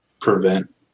prevent